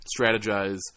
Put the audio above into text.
strategize